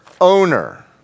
owner